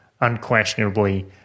unquestionably